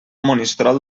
monistrol